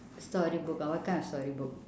story book ah what kind of story book